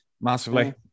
massively